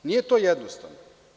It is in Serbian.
Nije to jednostavno.